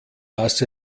dass